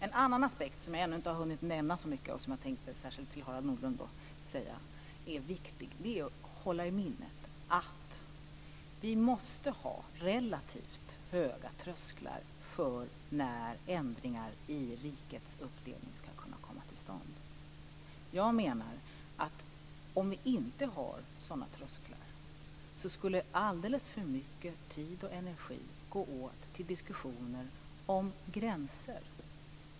En annan aspekt som jag ännu inte har hunnit nämna så mycket om men som jag tänkte säga är viktig, Harald Nordlund, är att man ska hålla i minnet att vi måste ha relativt höga trösklar för när ändringar i rikets uppdelning ska kunna komma till stånd. Jag menar att om vi inte har sådana trösklar så skulle alldeles för mycket tid och energi gå åt till diskussioner om gränser.